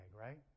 right